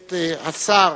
את השר,